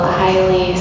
highly